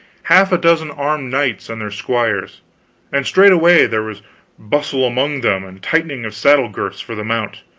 half a dozen armed knights and their squires and straightway there was bustle among them and tightening of saddle-girths for the mount.